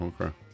Okay